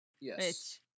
Yes